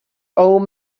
old